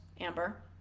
Amber